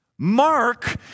Mark